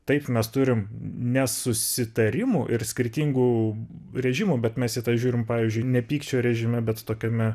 taip mes turim nesusitarimų ir skirtingų režimų bet mes į tą žiūrim pavyzdžiui ne pykčio režime bet tokiame